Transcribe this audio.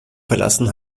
verlassen